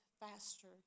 faster